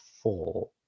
four